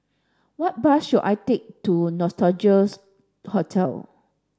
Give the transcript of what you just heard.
what bus should I take to Nostalgia's Hotel